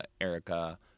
Erica